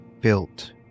built